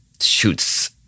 shoots